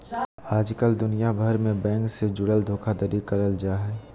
आजकल दुनिया भर मे बैंक से जुड़ल धोखाधड़ी करल जा हय